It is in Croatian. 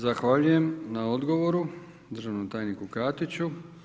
Zahvaljujem na odgovoru državnom tajniku Katiću.